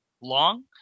long